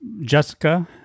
Jessica